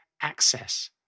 access